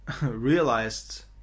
realized